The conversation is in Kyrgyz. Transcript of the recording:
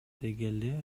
дегеле